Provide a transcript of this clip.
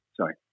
sorry